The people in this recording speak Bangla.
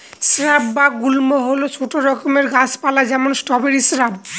স্রাব বা গুল্ম হল ছোট রকম গাছ পালা যেমন স্ট্রবেরি শ্রাব